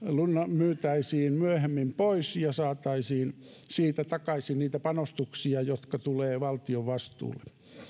myytäisiin myöhemmin pois ja joista saataisiin takaisin niitä panostuksia jotka tulevat valtion vastuulle